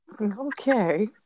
Okay